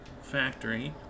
factory